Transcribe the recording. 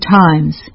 times